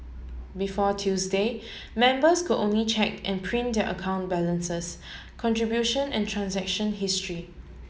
before Tuesday members could only check and print their account balances contribution and transaction history